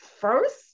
first